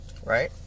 right